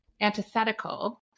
antithetical